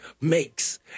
makes